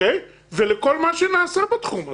ולכל מה שנעשה בתחום הזה.